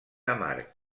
amarg